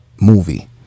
movie